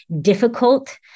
difficult